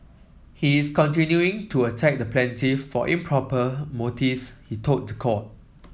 he is continuing to attack the plaintiff for improper motives he told the court